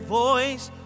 voice